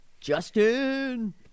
Justin